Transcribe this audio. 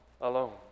alone